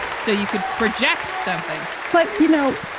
so you could project something but, you know,